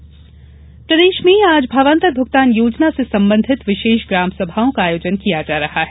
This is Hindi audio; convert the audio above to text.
भावांतर ग्रामसभा प्रदेश में आज भावांतर भुगतान योजना से संबंधित विशेष ग्रामसभाओं का आयोजन किया जा रहा है